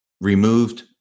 removed